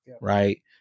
Right